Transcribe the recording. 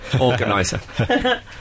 organiser